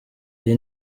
iyi